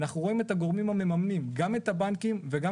אנחנו רואים את הגורמים המממנים גם את הבנקים וגם